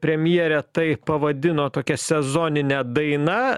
premjerė tai pavadino tokia sezonine daina